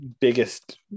biggest